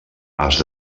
has